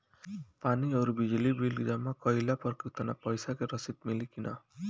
पानी आउरबिजली के बिल जमा कईला पर उतना पईसा के रसिद मिली की न?